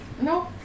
No